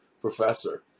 professor